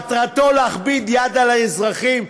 מטרתו להכביד יד על האזרחים.